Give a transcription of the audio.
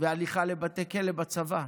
והליכה לבתי כלא בצבא.